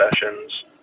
sessions